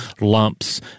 lumps